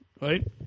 right